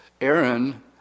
Aaron